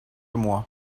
moi